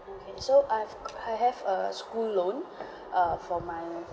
so I have I have a school loan err for my